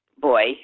boy